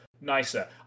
Nicer